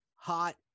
hot